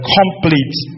complete